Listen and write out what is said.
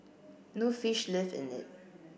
no fish lived in it